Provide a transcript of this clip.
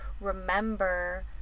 remember